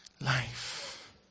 life